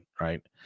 right